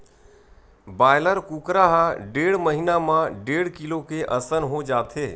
broiler कुकरा ह डेढ़ महिना म डेढ़ किलो के असन हो जाथे